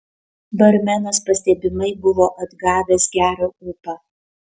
barmenas pastebimai buvo atgavęs gerą ūpą